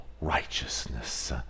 righteousness